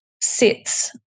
sits